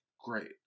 great